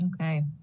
okay